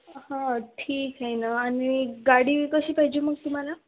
हां ठीक आहे ना आणि गाडी कशी पाहिजे मग तुम्हाला